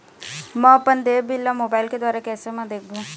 म अपन देय बिल ला मोबाइल के द्वारा कैसे म देखबो?